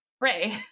ray